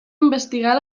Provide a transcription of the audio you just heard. investigar